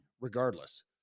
regardless